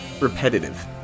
repetitive